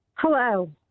Hello